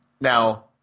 Now